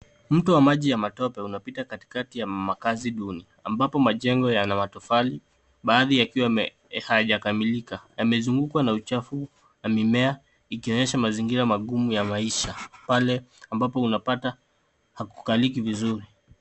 Mto wa maji ya matope unapita katikati ya makazi duni ambapo majengo yana matofali, baadhi yakiwa hayajakamilika, yamezungukwa na uchafu na mimea, ikionyesha mazingira magumu ya maisha pale ambapo unapata hakukaliki vizuri.